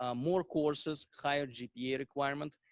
ah more courses, higher gpa requirement,